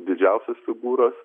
didžiausios figūros